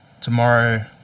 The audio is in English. tomorrow